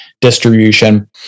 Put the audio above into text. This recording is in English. distribution